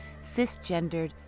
cisgendered